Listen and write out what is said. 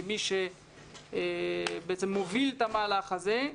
של מי שמוביל את המהלך הזה.